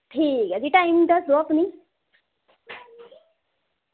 ठीक ऐ ते टैम दस्सेओ मिगी